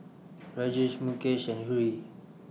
Rajesh Mukesh and Hri